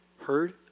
heard